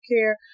care